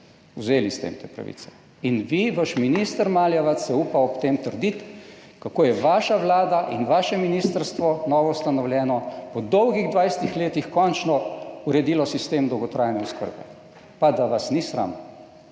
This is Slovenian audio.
Vzeli ste jim te pravice. In vi, vaš minister Maljevac si upa ob tem trditi, kako je vaša vlada in vaše novoustanovljeno ministrstvo po dolgih 20 letih končno uredilo sistem dolgotrajne oskrbe. Da vas ni sram!